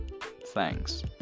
Thanks